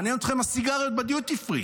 מעניין אתכם הסיגריות בדיוטי פרי,